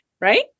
right